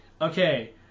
okay